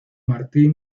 martín